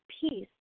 peace